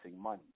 money